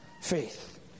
faith